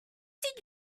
did